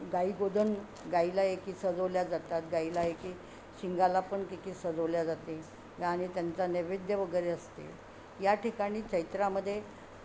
गाई गोधन गाईला एकी सजवल्या जातात गाईला एकी शिंगाला पण एकी सजवल्या जाते आणि त्यांचा नैवेद्य वगैरे असते या ठिकाणी चैत्रामध्ये